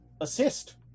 assist